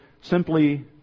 simply